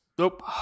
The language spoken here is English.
Nope